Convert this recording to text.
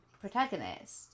protagonist